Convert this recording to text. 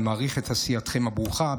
אני מעריך את עשייתכם הברוכה.